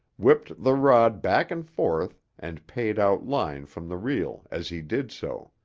whipped the rod back and forth and paid out line from the reel as he did so.